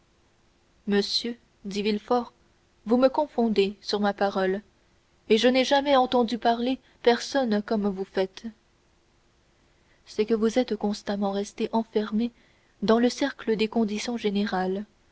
monsieur dit villefort vous me confondez sur ma parole et je n'ai jamais entendu parler personne comme vous faites c'est que vous êtes constamment resté enfermé dans le cercle des conditions générales